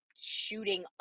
shooting